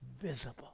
visible